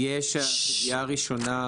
סוגיה ראשונה,